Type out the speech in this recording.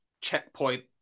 checkpoint